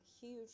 huge